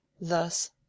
Thus